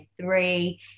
three